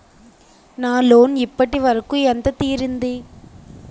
నా లోన్ ఇప్పటి వరకూ ఎంత తీరింది?